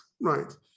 right